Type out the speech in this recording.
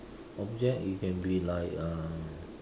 object it can be like uh